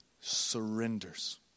surrenders